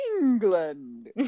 England